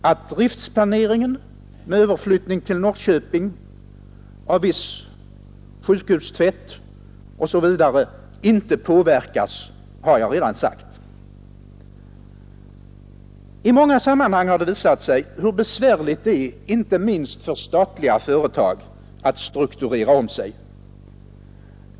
Att driftplaneringen med överflyttning till Norrköping av viss sjukhustvätt osv. inte påverkas har jag redan sagt. I många sammanhang har det visat sig hur besvärligt det är inte minst för statliga företag att strukturera om sig.